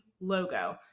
logo